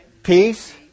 Peace